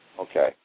Okay